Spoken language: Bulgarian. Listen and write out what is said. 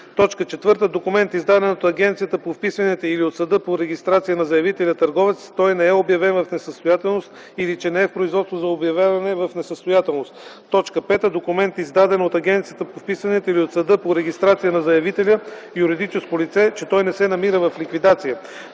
посочва ЕИК; 4. документ, издаден от Агенцията по вписванията или от съда по регистрация на заявителя - търговец, че той не е обявен в несъстоятелност или че не е в производство за обявяване в несъстоятелност; 5. документ, издаден от Агенцията по вписванията или от съда по регистрация на заявителя – юридическо лице, че той не се намира в ликвидация;